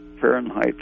Fahrenheit